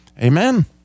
Amen